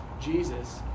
Jesus